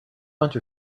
bunch